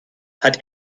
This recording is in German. hat